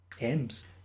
M's